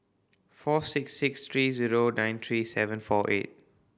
four six six three zero nine three seven four eight